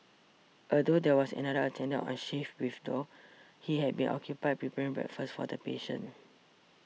although there was another attendant on shift with Thu he had been occupied preparing breakfast for the patients